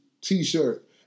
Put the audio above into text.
t-shirt